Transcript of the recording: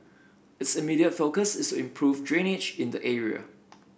its immediate focus is to improve drainage in the area